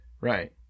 Right